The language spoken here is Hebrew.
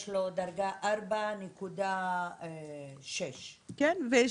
יש לו דרגה 4.6. כן.